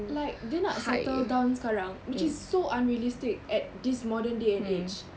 like dia nak settle down sekarang which is so unrealistic at this modern day and age